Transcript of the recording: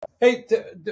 Hey